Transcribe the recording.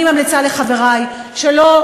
אני ממליצה לחברי שלא,